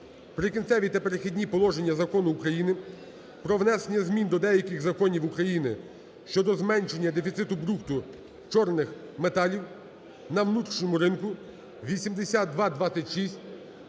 "Прикінцеві та перехідні положення" Закону України "Про внесення змін до деяких законів України щодо зменшення дефіциту брухту чорних металів на внутрішньому ринку" (8226)